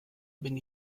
bin